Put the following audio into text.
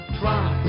try